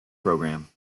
program